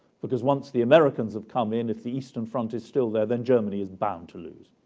because once the americans have come in, if the eastern front is still there, then germany is bound to lose.